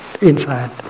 inside